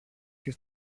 και